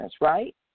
right